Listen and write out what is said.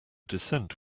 descent